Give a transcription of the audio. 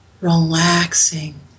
relaxing